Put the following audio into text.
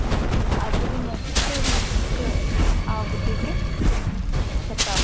അതൊരു next week ആവുമ്പത്തേക്ക് set ആവും